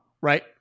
right